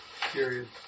Period